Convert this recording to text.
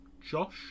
Josh